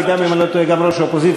ואם אני לא טועה גם ראש האופוזיציה,